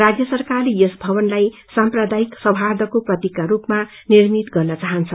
राज्य सरकारले यस भवनलाई सम्प्रदायिक सौहार्दको प्रतीकका रूपमा निर्मित गर्न चाहन्छ